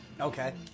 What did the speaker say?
Okay